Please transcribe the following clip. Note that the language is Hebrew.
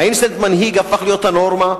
הפך להיות הנורמה.